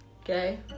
Okay